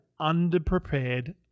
underprepared